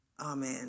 Amen